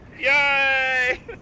Yay